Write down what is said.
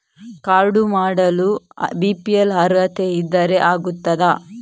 Card ಮಾಡಲು BPL ಅರ್ಹತೆ ಇದ್ದರೆ ಆಗುತ್ತದ?